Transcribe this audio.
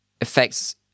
affects